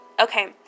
Okay